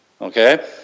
Okay